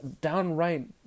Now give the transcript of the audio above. downright